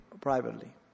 privately